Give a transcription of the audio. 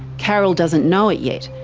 carol doesn't know it yet,